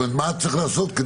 מה צריך לעשות?